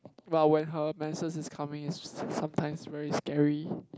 but when her menses is coming it's just sometimes very scary